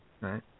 right